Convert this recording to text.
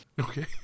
Okay